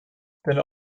denn